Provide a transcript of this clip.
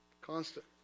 Constant